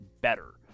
better